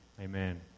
amen